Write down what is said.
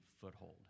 foothold